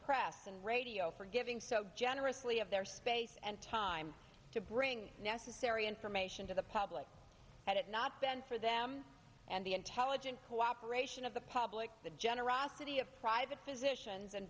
press and radio for giving so generously of their space and time to bring necessary information to the public had it not been for them and the intelligent cooperation of the public the generosity of private physicians and